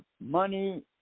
money